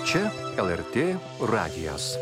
čia lrt radijas